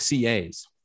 CAs